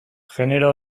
genero